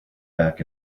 back